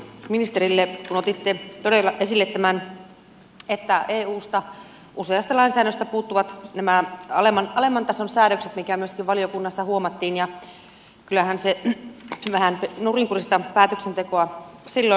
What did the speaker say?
kiitoksia ministerille kun otitte todella esille tämän että eussa useasta lainsäädännöstä puuttuvat nämä alemman tason säädökset mikä myöskin valiokunnassa huomattiin ja kyllähän se vähän nurinkurista päätöksentekoa silloin on